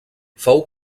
fou